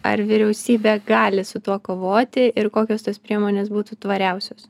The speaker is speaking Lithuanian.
ar vyriausybė gali su tuo kovoti ir kokios tos priemonės būtų tvariausios